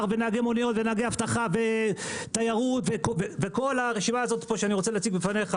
ונהגי מוניות ונהגי אבטחה בתיירות וכל הרשימה שאני רוצה להציג בפניך,